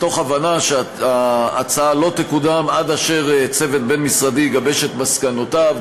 מתוך הבנה שההצעה לא תקודם עד אשר צוות בין-משרדי יגבש את מסקנותיו,